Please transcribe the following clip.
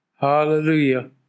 Hallelujah